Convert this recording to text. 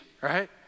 right